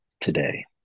today